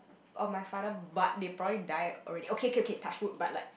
or my father but they probably die already okay okay touchwood but like